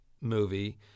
movie